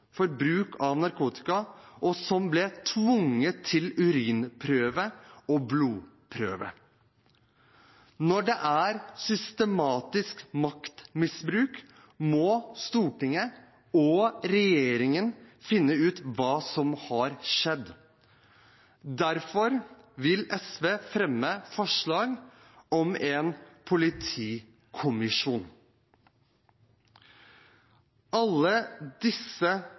for bruk av narkotika, og som ble tvunget til urinprøve og blodprøve. Når det er systematisk maktmisbruk, må Stortinget og regjeringen finne ut hva som har skjedd. Derfor vil SV fremme forslag om en politikommisjon. Alle disse